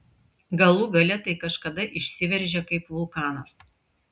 galų gale tai kažkada išsiveržia kaip vulkanas